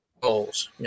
goals